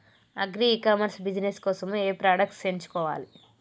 Agri e commerce business కోసము ఏ products ఎంచుకోవాలి?